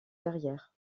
carrière